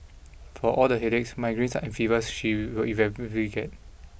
for all the headaches migraines and fevers she will inevitably get